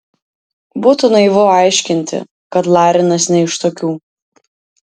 būtų naivu aiškinti kad larinas ne iš tokių